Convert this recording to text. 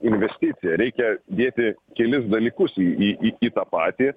investicija reikia dėti kelis dalykus į į į tą patį